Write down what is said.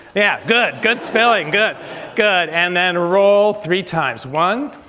yeah good good spilling good good and then roll three times. one,